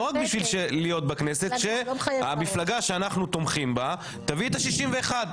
לא רק כדי להיות בכנסת אלא שהמפלגה בה אנחנו תומכים תביא את ה-61.